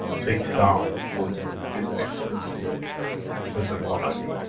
take it down, put his excellency president rouhani,